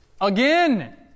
again